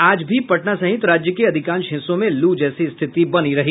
आज भी पटना सहित राज्य के अधिकांश हिस्सों में लू जैसी स्थिति बनी रही